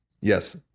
Yes